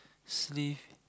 sleeve